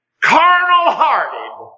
carnal-hearted